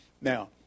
Now